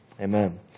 Amen